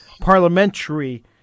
parliamentary